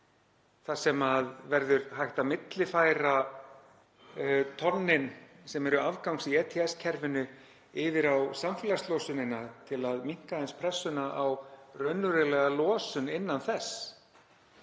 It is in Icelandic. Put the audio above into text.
þar sem verður hægt að millifæra tonnin sem eru afgangs í ETS-kerfinu yfir á samfélagslosunina til að minnka aðeins pressuna á raunverulega losun innan þess.